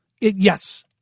yes